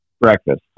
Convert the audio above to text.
Breakfast